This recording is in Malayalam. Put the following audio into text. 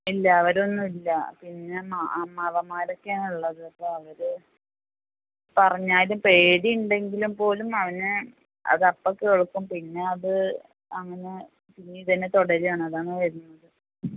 ഇല്ല അവരൊന്നുമില്ല പിന്നെ മ അമ്മാവന്മാരൊക്കെയാണ് ഉള്ളത് ഇപ്പോൾ അവർ പറഞ്ഞാലും പേടിയുണ്ടെങ്കിലും പോലും അവനെ അത് അപ്പം കേൾക്കും പിന്നെ അത് അങ്ങനെ പിന്നെ ഇതുതന്നെ തുടരുവാണ് അതാണ് വരു